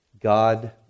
God